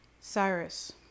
Cyrus